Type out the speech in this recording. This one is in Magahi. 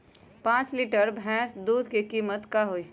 पाँच लीटर भेस दूध के कीमत का होई?